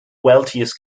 wealthiest